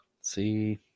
see